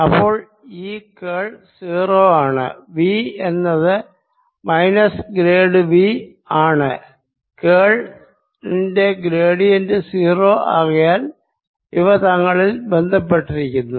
അപ്പോൾ ഈ കേൾ 0 ആണ് V എന്നത് മൈനസ് ഗ്രേഡ് V ആണ് കേൾ ന്റെ ഗ്രേഡിയന്റ് 0 ആകയാൽ അവ തമ്മിൽ ബന്ധപ്പെട്ടിരിക്കുന്നു